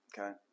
Okay